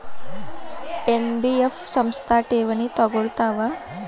NBF ಸಂಸ್ಥಾ ಠೇವಣಿ ತಗೋಳ್ತಾವಾ?